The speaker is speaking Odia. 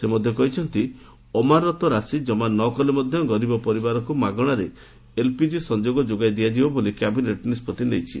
ସେ ମଧ୍ୟ କହିଛନ୍ତି ଅମାନତ ରାଶି ଜମା ନ କଲେ ମଧ୍ୟ ଗରିବ ପରିବାରକୁ ମାଗଣାରେ ଏଲ୍ପିଜି ସଂଯୋଗ ଯୋଗାଇ ଦିଆଯିବ ବୋଲି କ୍ୟାବିନେଟ୍ ସ୍ଥିର କରିଛି